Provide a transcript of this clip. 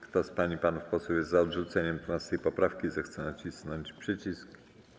Kto z pań i panów posłów jest za odrzuceniem 12. poprawki, zechce nacisnąć przycisk.